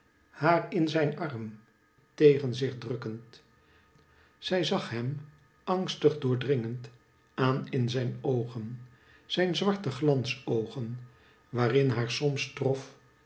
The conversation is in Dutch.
haar in zijn arm tegen zich drukkend zij zag hem angstig doordringend aan in zijn oogen zijn zwarte glansoogen waarin haar soms trof